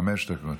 חמש דקות.